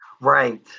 right